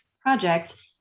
project